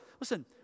Listen